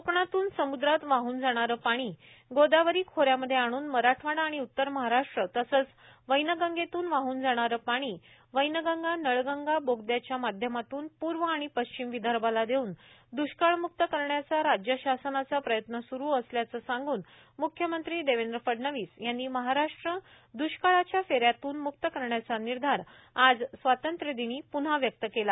कोकणातून सम्द्रात वाहन जाणारे पाणी गोदावरी खोऱ्यामध्ये आणून मराठवाडा आणि उत्तर महाराष्ट्र तसेच वव्वगंगेतून वाहन जाणारे पाणी वव्वगंगा नळगंगा बोगदयाच्या माध्यमातून पूर्व आणि पश्चिम विदर्भाला देऊन दृष्काळमुक्त करण्याचा राज्य शासनाचा प्रयत्न सुरु असल्याचे सांगून म्ख्यमंत्री देवेंद्र फडणवीस यांनी महाराष्ट्र द्ष्काळाच्या फेऱ्यातून मुक्त करण्याचा निर्धार आज स्वातंत्र्यदिनी पुन्हा व्यक्त केला